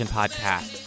podcast